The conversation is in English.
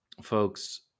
folks